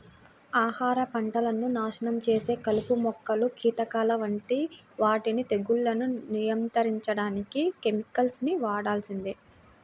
ఆహార పంటలను నాశనం చేసే కలుపు మొక్కలు, కీటకాల వంటి వాటిని తెగుళ్లను నియంత్రించడానికి కెమికల్స్ ని వాడాల్సిందే